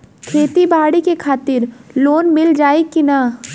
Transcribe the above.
खेती बाडी के खातिर लोन मिल जाई किना?